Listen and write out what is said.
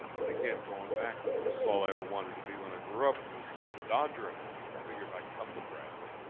and again, going back, this is all i ever wanted to be when i grew up was the dodger announcer. i figured if i could come to bradley,